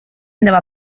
andava